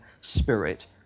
spirit